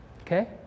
okay